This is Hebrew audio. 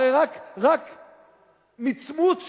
הרי רק מצמוץ שלך,